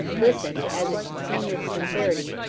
listened, as it should seem with sincerity,